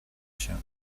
się